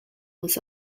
was